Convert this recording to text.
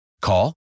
Call